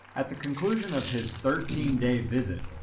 at the conclusion of his thirteen day visit,